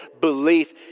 belief